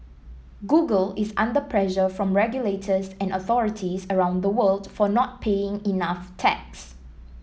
Google is under pressure from regulators and authorities around the world for not paying enough tax